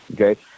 Okay